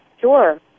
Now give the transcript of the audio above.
Sure